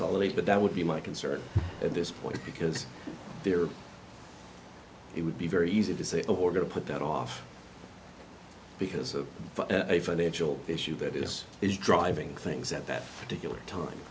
consolidate but that would be my concern at this point because there it would be very easy to say oh we're going to put that off because of a financial issue that is driving things at that particular time